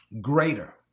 greater